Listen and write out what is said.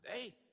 today